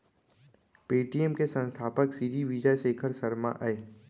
Paytm के संस्थापक सिरी विजय शेखर शर्मा अय